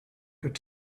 could